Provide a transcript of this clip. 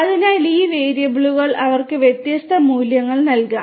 അതിനാൽ ഈ വേരിയബിളുകൾ അവർക്ക് വ്യത്യസ്ത മൂല്യങ്ങൾ നൽകാം